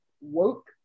woke